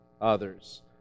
others